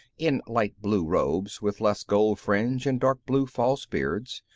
in light blue robes with less gold fringe and dark-blue false beards,